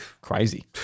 crazy